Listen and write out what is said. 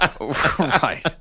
Right